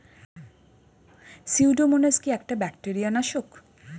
Pseudomonas কি একটা bacteria নাশক?